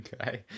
okay